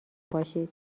باشید